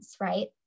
Right